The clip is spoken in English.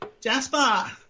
Jasper